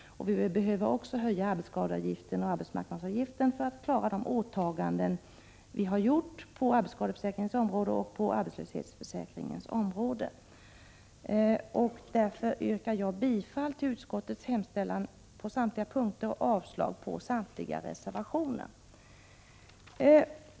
Vi behöver också höja arbetsskadeavgiften och arbetsmarknadsavgiften för att klara de åtaganden vi har gjort på arbetsskadeförsäkringens och arbetslöshetsförsäkringens områden. Därför yrkar jag bifall till utskottets hemställan på samtliga punkter och avslag på samtliga reservationer.